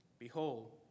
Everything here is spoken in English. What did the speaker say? Behold